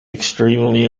extremely